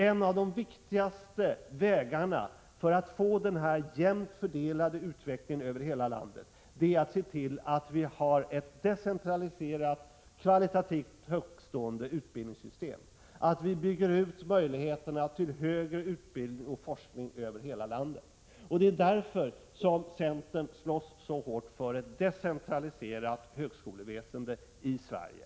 En av de viktigaste vägarna när det gäller att få denna jämnt fördelade utveckling över hela landet är att se till att vi har ett decentraliserat, kvalitativt högtstående utbildningssystem och att vi bygger ut möjligheterna till högre utbildning och forskning i hela landet. Det är därför som centern slåss så hårt för ett decentraliserat högskoleväsende i Sverige.